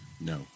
No